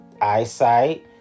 eyesight